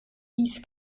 dies